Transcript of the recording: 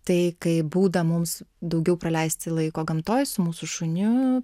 tai kaip būdą mums daugiau praleisti laiko gamtoj su mūsų šuniu